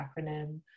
acronym